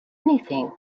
anything